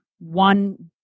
one